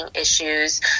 issues